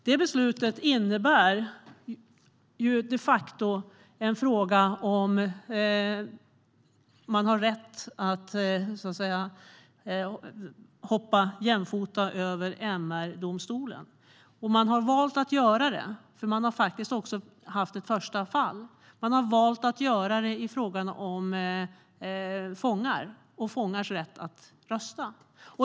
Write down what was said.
Detta beslut innebär de facto att man har rätt att så att säga hoppa jämfota över MR-domstolen. Och man har valt att göra det i fråga om fångar och fångars rätt att rösta, och man har faktiskt haft ett första fall.